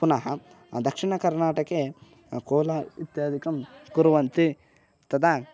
पुनः दक्षिनकर्नाटके कोला इत्यादिकं कुर्वन्ति तदा